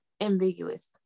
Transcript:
ambiguous